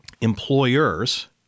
employers